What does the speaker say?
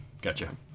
Gotcha